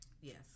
Yes